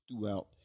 throughout